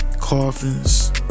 coffins